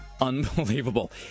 Unbelievable